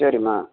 சரிமா